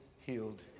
healed